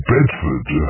Bedford